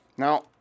Now